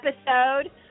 episode